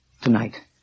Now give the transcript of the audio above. Tonight